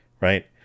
Right